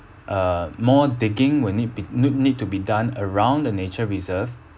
uh more digging will need be ne~ need to be done around the nature reserve